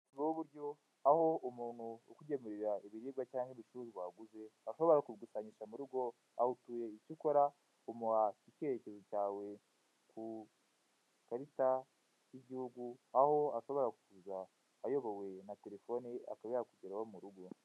Ngubu uburyo aho umuntu ukugemurira ibiribwa cyangwa ibicuruzwa waguze ashobora kubigusangisha murugo aho utuye, icyo ukora umuha icyerekezo cyawe ku ikarita y'igihugu aho ashobora kuza ayobowe na telefone ye akaba yakugeraho murugo.